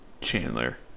Chandler